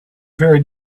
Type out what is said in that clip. very